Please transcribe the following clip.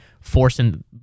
forcing